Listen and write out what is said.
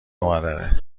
مادره